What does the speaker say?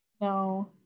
no